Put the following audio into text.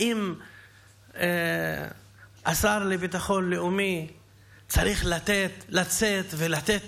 האם השר לביטחון לאומי צריך לצאת ולתת